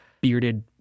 bearded